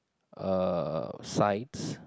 uh sites